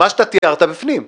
מה שתיארת בפנים.